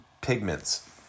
pigments